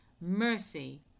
mercy